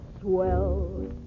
swell